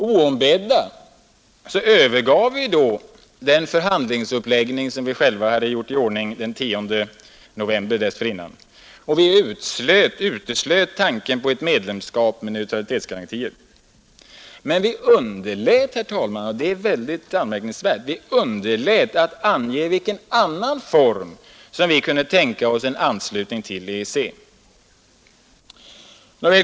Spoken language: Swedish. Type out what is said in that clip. Oombedda övergav vi då den förhandlingsuppläggning som vi själva hade gjort i ordning den 10 november 1970 och uteslöt tanken på ett medlemskap med neutralitetsgarantier. Men vi underlät, herr talman — och det är mycket anmärkningsvärt — att ange i vilken annan form vi ville tänka oss en svensk anslutning till EEC.